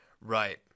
Right